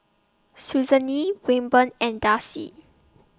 Susanne Wilburn and Darcie